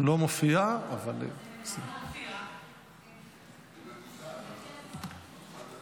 התשפ"ד 2024, אושרה בקריאה ראשונה ותחזור